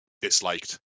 disliked